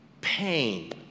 pain